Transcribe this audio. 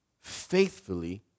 faithfully